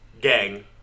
gang